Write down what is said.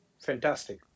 Fantastic